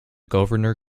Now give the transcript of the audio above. governor